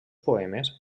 poemes